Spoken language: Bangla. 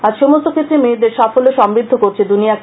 আজ সমস্ত ক্ষেত্রে মেয়েদের সাফল্য সমৃদ্ধ করছে দুনিয়াকে